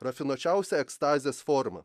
rafinuočiausia ekstazės forma